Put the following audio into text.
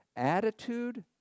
attitude